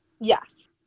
Yes